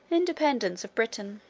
independence of britain.